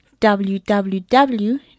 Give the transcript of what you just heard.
www